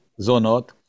zonot